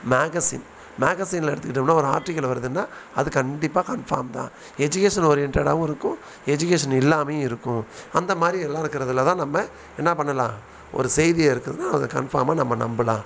magazine மேகஸினில் எடுத்துக்கிட்டோம்னா ஒரு ஆர்ட்டிக்களு வருதுன்னால் அது கண்டிப்பாக கன்ஃபார்ம் தான் எஜுகேஷன் ஓரியண்ட்டடாகவும் இருக்கும் எஜுகேஷன் இல்லாமையும் இருக்கும் அந்த மாதிரி எல்லாம் இருக்கறதில் தான் நம்ம என்ன பண்ணலாம் ஒரு செய்தி இருக்குதுனால் அது கன்ஃபார்மாக நம்ம நம்பலாம்